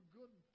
good